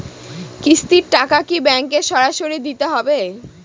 কিস্তির টাকা কি ব্যাঙ্কে সরাসরি দিতে হবে?